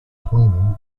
claiming